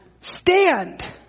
stand